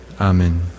Amen